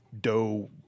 dough